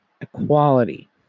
equality